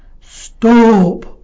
Stop